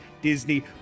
Disney